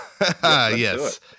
Yes